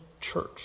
church